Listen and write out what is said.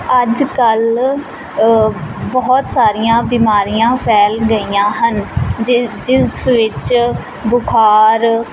ਅੱਜ ਕੱਲ੍ਹ ਬਹੁਤ ਸਾਰੀਆਂ ਬਿਮਾਰੀਆਂ ਫੈਲ ਗਈਆਂ ਹਨ ਜਿ ਜਿਸ ਵਿੱਚ ਬੁਖਾਰ